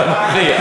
הדובר הנוכחי.